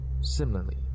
Similarly